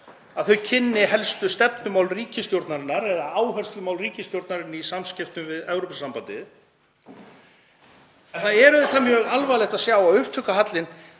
að þau kynni helstu stefnumál ríkisstjórnarinnar eða áherslumál ríkisstjórnarinnar í samskiptum við Evrópusambandið. En það er auðvitað mjög alvarlegt að sjá að upptökuhallinn